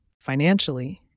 Financially